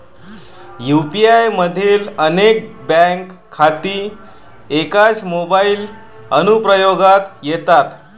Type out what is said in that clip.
UPI मधील अनेक bank खाती एकाच मोबाइल अनुप्रयोगात येतात